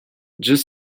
just